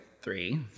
three